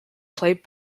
played